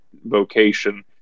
vocation